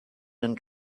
and